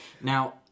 Now